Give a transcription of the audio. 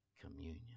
communion